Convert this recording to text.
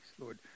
Lord